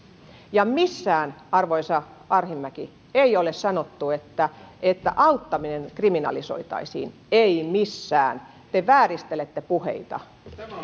missään arvoisa arhinmäki ei ole sanottu että että auttaminen kriminalisoitaisiin ei missään te vääristelette puheita